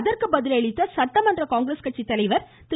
அதற்கு பதில் அளித்த சட்டமன்ற காங்கிரஸ் கட்சித்தலைவர் திரு